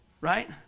right